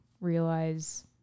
realize